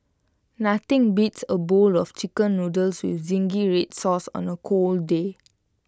nothing beats A bowl of Chicken Noodles with Zingy Red Sauce on A cold day